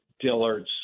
Dillard's